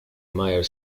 meyer